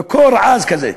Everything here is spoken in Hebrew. בקור עז כזה.